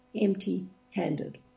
empty-handed